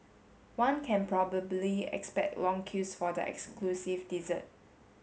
one can probably expect long queues for the exclusive dessert